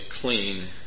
clean